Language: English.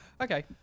Okay